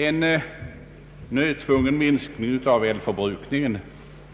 En nödtvungen minskning av elförbrukningen